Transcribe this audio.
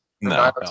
No